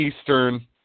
Eastern